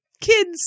kids